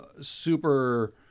super